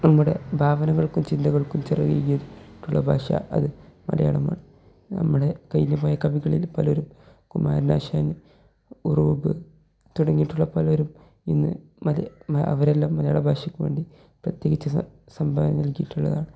നമ്മുടെ ഭാവനകൾക്കും ചിന്തകൾക്കും ചിറകേകിയിട്ടുള്ള ഭാഷ അത് മലയാളമാണ് നമ്മുടെ കഴിഞ്ഞു പോയ കവികളിൽ പലരും കുമാരനാശാൻ ഉറൂബ് തുടങ്ങിയിട്ടുള്ള പലരും ഇന്ന് മ അവരെല്ലാം മലയാള ഭാഷക്ക് വേണ്ടി പ്രത്യേകിച്ച് സംഭാവന നൽകിയിട്ടുള്ളതാണ്